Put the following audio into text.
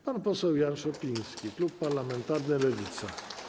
Pan poseł Jan Szopiński, Klub Parlamentarny Lewica.